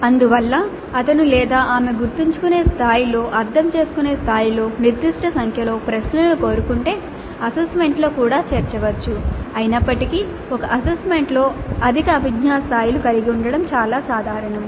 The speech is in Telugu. అందువల్ల అతను లేదా ఆమె గుర్తుంచుకునే స్థాయిలో అర్థం చేసుకునే స్థాయిలో నిర్దిష్ట సంఖ్యలో ప్రశ్నలను కోరుకుంటే అసైన్మెంట్లో కూడా చేర్చవచ్చు అయినప్పటికీ ఒక అసైన్మెంట్లో అధిక అభిజ్ఞా స్థాయిలను కలిగి ఉండటం చాలా సాధారణం